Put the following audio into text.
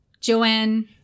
Joanne